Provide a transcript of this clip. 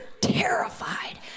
terrified